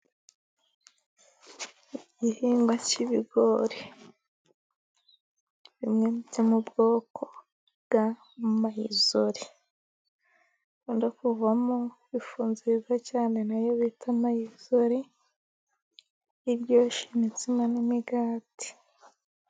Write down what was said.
Igihingwa cy'ibigori. Bimwe byo mu bwoko bwa mayizori . Bikunda kuvamo ifu nziza cyane nayo bita mayizori, iryoshya imitsima n'imigati.